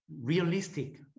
realistic